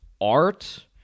Art